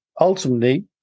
ultimately